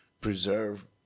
preserve